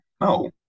no